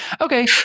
Okay